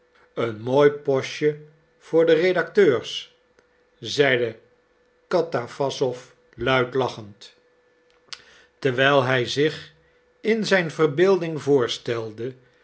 een mooi postje voor de redacteurs zeide katawassow luid lachend terwijl hij zich in zijn verbeelding voorstelde